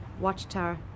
watchtower